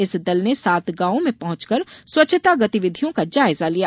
इस दल ने सात गांवों में पहुंचकर स्वच्छता गतिविधियों का जायजा लिया